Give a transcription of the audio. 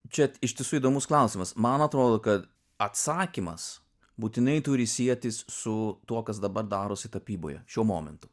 čia iš tiesų įdomus klausimas man atrodo kad atsakymas būtinai turi sietis su tuo kas dabar darosi tapyboje šiuo momentu